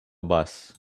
bus